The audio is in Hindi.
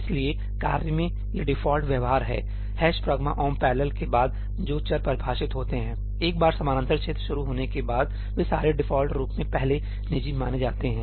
इसलिए कार्य में यह डिफॉल्ट व्यवहार है ' pragma omp parallel' के बाद जो चर परिभाषित होते हैं एक बार समानांतर क्षेत्र शुरू होने के बाद वे सारे डिफॉल्ट रूप में पहले निजी माने जाते हैं